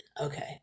Okay